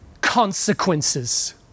consequences